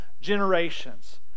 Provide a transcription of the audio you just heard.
generations